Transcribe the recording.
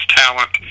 talent